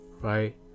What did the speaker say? right